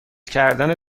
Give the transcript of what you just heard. کردن